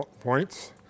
points